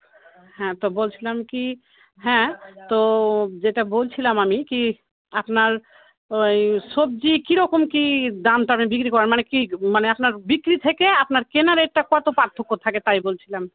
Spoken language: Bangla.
হ্যাঁ তো বলছিলাম কী হ্যাঁ তো যেটা বলছিলাম আমি কী আপনার ওই সবজি কীরকম কী দাম টামে বিক্রি করেন মানে কী মানে আপনার বিক্রি থেকে আপনার কেনা রেটটা কতো পার্থক্য থাকে তাই বলছিলাম